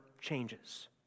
changes